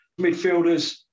midfielders